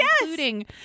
including